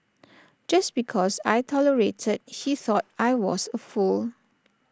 just because I tolerated he thought I was A fool